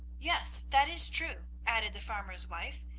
yes, that is true, added the farmer's wife.